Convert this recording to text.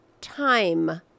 time